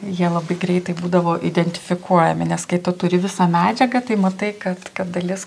jie labai greitai būdavo identifikuojami nes kai tu turi visą medžiagą tai matai kad kad dalis